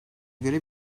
göre